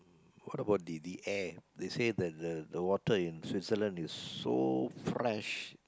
what about the the air they say that the the water in Switzerland is so fresh